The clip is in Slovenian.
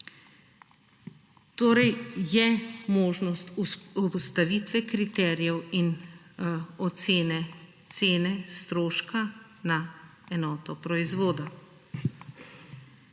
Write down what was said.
Torej je možnost ustavitve kriterijev in ocene cene stroška na enoto proizvoda.